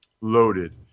loaded